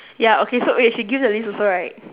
ya okay so wait she give the list also right